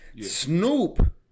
Snoop